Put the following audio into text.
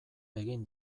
egin